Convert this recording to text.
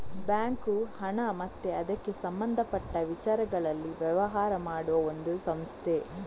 bank ಹಣ ಮತ್ತೆ ಅದಕ್ಕೆ ಸಂಬಂಧಪಟ್ಟ ವಿಚಾರಗಳಲ್ಲಿ ವ್ಯವಹಾರ ಮಾಡುವ ಒಂದು ಸಂಸ್ಥೆ